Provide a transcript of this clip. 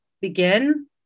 begin